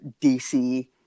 DC